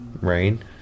Rain